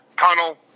tunnel